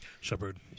Shepard